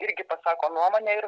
irgi pasako nuomonę ir